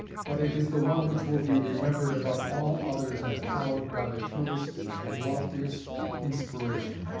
but it is the one which will be remembered above all others as hallowed by the truest and loftiest inspiration.